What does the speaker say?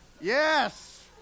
Yes